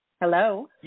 Hello